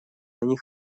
они